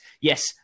Yes